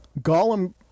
Gollum